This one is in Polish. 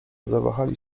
zawahali